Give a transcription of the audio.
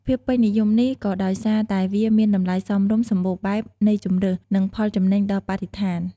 ភាពពេញនិយមនេះក៏ដោយសារតែវាមានតម្លៃសមរម្យ សម្បូរបែបនៃជម្រើស និងផលចំណេញដល់បរិស្ថាន។